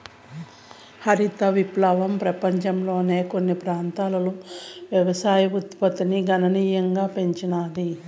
హరిత విప్లవం పపంచంలోని కొన్ని ప్రాంతాలలో వ్యవసాయ ఉత్పత్తిని గణనీయంగా పెంచినాది